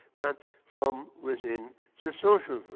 but from within the social